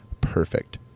perfect